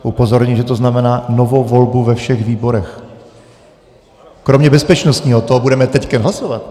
Upozorňuji, že to znamená novou volbu ve všech výborech kromě bezpečnostního, to budeme teď hlasovat.